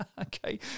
Okay